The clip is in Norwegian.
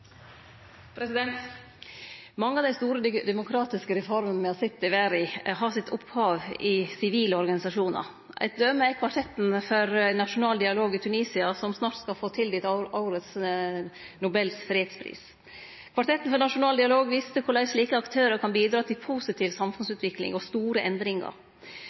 oppfølgingsspørsmål. Mange av dei store demokratiske reformene me har sett i verda, har sitt opphav i sivile organisasjonar. Eit døme er Kvartetten for nasjonal dialog i Tunisia, som snart skal få tildelt årets Nobels fredspris. Kvartetten for nasjonal dialog viste korleis slike aktørar kan bidra til positiv samfunnsutvikling og store endringar.